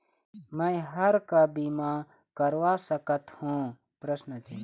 मैं हर का बीमा करवा सकत हो?